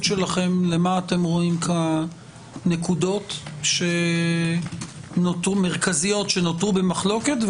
שלכם למה שאתם רואים כנקודות מרכזיות שנותרו במחלוקת,